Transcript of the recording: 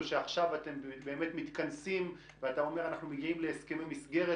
שעכשיו אתם באמת מתכנסים ואתה אומר: אנחנו מגיעים להסכמי מסגרת